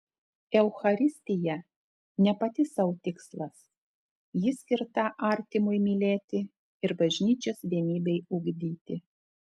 eucharistija ne pati sau tikslas ji skirta artimui mylėti ir bažnyčios vienybei ugdyti